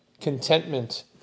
contentment